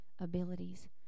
abilities